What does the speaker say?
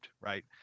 right